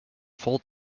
full